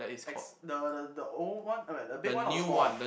ex~ the the the old one I mean the big one or the small one